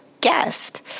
guest